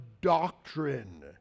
doctrine